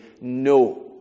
no